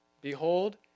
Behold